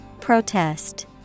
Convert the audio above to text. Protest